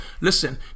listen